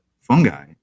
fungi